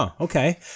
okay